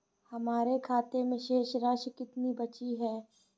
हमारे खाते में शेष राशि कितनी बची है?